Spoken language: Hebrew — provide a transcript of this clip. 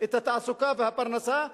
את התעסוקה והפרנסה,